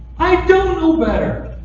i don't know better!